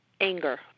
Anger